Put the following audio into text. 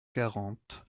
quarante